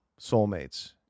soulmates